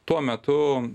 tuo metu